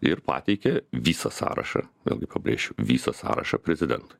ir pateikia visą sąrašą vėlgi pabrėšiu visą sąrašą prezidentui